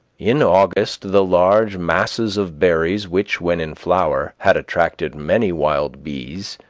in august, the large masses of berries, which, when in flower, had attracted many wild bees,